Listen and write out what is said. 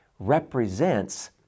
represents